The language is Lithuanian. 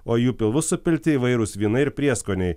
o į jų pilvus supilti įvairūs vynai ir prieskoniai